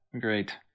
Great